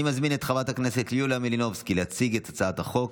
אני מזמין את חברת הכנסת יוליה מלינובסקי להציג את הצעת החוק,